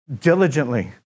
diligently